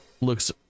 looks